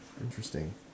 Interesting